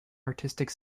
artistic